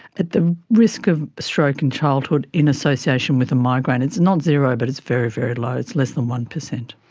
the risk of stroke in childhood in association with a migraine, it's not zero but it's very, very low, it's less than one percent.